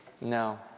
No